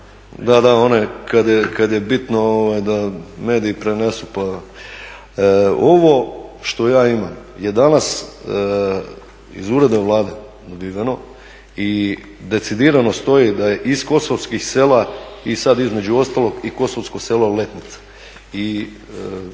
da one kada je bitno da mediji prenesu. Ovo što ja imamo je danas iz Ureda Vlade … i decidirano stoji da je iz kosovskih sela i sada između ostalog i kosovsko selo Letnica